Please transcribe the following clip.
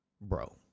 Bro